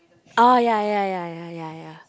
orh ya ya ya ya ya ya